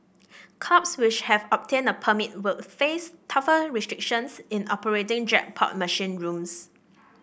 clubs which have obtained a permit will face tougher restrictions in operating jackpot machine rooms